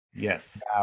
Yes